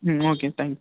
ம் okay thanks